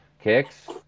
kicks